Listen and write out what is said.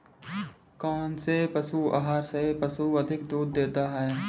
कौनसे पशु आहार से पशु अधिक दूध देते हैं?